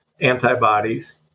antibodies